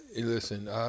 listen